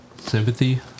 Sympathy